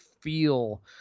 feel